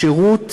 שירות